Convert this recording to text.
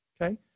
Okay